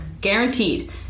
Guaranteed